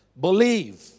Believe